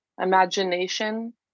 imagination